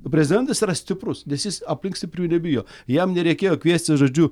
prezidentas yra stiprus nes jis aplink stiprių nebijo jam nereikėjo kviestis žodžiu